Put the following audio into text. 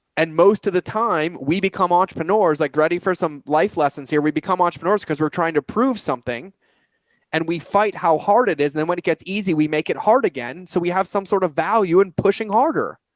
and most of the time we become entrepreneurs like ready for some life lessons here, we become entrepreneurs because we're trying to prove something and we fight how hard it is. and then when it gets easy, we make it hard again. so we have some sort of value in pushing harder.